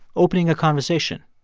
opening a conversation,